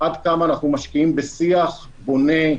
עד כמה אנחנו משקיעים בשיח בונה,